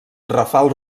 rafal